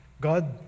God